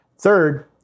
Third